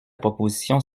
proposition